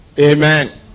Amen